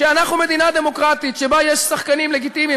שאנחנו מדינה דמוקרטית שבה יש שחקנים לגיטימיים